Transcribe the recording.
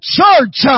church